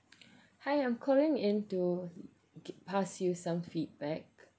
hi I'm calling in to get~ pass you some feedback